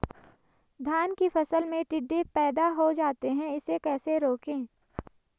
धान की फसल में टिड्डे पैदा हो जाते हैं इसे कैसे रोकें?